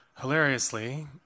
hilariously